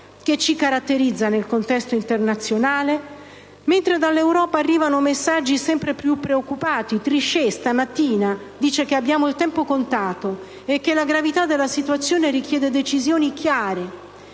che ci caratterizza nel contesto internazionale? Dall'Europa arrivano messaggi sempre più preoccupati. Trichet, questa mattina, ha detto che abbiamo il tempo contato e che la gravità della situazione richiede decisioni chiare.